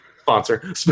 Sponsor